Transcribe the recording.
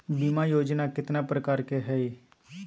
बीमा योजना केतना प्रकार के हई हई?